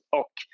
och